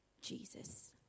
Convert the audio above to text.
Jesus